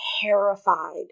Terrified